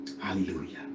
hallelujah